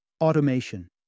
Automation